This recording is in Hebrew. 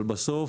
אבל בסוף,